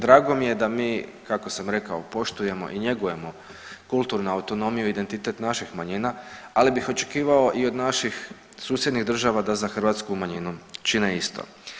Drago mi je da mi kako sam rekao poštujemo i njegujemo kulturnu autonomiju i identitet naših manjina, ali bih očekivao i od naših susjednih država za hrvatsku manjinu čine isto.